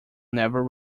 never